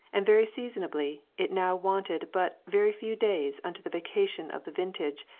and very seasonably, it now wanted but very few days unto the vacation of the vintage,